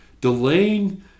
delaying